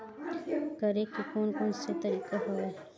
करे के कोन कोन से तरीका हवय?